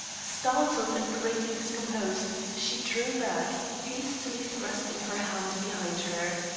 startled and greatly discomposed, she drew back, hastily thrusting her hand behind her.